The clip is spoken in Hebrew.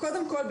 קודם כל,